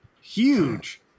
Huge